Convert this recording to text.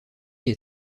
est